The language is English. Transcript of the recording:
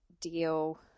deal